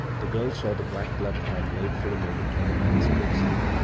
the girl saw the black gloved hand laid for a moment on the man's coat sleeve,